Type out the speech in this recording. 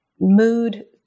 mood